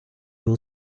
will